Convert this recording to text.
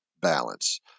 balance